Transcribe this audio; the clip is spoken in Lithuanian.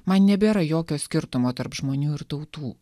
man nebėra jokio skirtumo tarp žmonių ir tautų